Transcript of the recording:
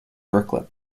brooklyn